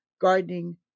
gardening